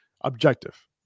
objective